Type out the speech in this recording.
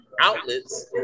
outlets